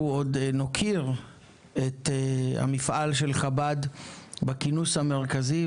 אנחנו עוד נוקיר את המפעל של חב"ד בכינוס המרכזי,